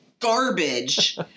garbage